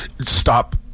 Stop